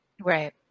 Right